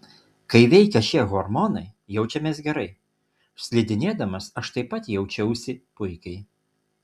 kai veikia šie hormonai jaučiamės gerai slidinėdamas aš taip pat jaučiausi puikiai